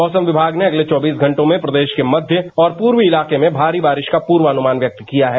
मौसम विभाग ने अगले चौबीस घंटों में प्रदेश के मध्य और पूर्वी इलाके में भारी बारिश का पूर्वानुमान व्यक्त किया है